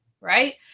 right